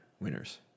winners